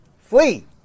Flee